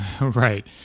right